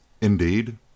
Indeed